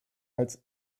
als